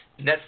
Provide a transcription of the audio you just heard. Netflix